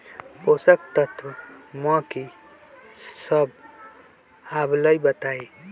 पोषक तत्व म की सब आबलई बताई?